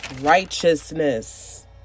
righteousness